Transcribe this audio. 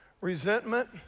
Resentment